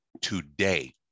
today